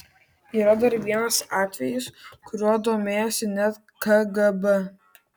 yra dar vienas atvejis kuriuo domėjosi net kgb